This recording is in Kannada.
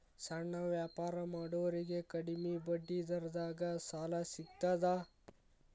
ಸಣ್ಣ ವ್ಯಾಪಾರ ಮಾಡೋರಿಗೆ ಕಡಿಮಿ ಬಡ್ಡಿ ದರದಾಗ್ ಸಾಲಾ ಸಿಗ್ತದಾ?